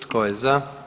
Tko je za?